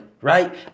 right